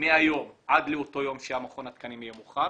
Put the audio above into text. מהיום ועד ליום שמכון התקנים יהיה מוכן,